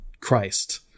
christ